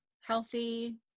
healthy